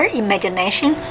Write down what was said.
imagination